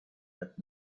that